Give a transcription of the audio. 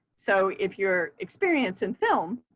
so if your experience in film,